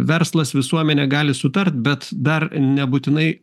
verslas visuomenė gali sutart bet dar nebūtinai